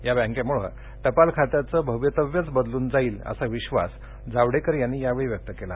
या बँकेमुळं टपाल खात्याचं भवितव्यच बदलून जाईल असा विधास जावडेकर यांनी यावेळी व्यक्त केला